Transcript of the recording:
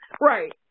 Right